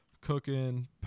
cooking